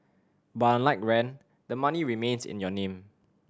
but unlike rent the money remains in your name